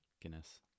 Guinness